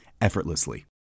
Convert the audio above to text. effortlessly